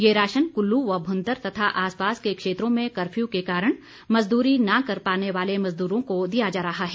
यह राशन कुल्लू व भुंतर तथा आस पास के क्षेत्रों में कर्फ्यू के कारण मजदूरी न कर पाने वाले मजदूरों को दिया जा रहा है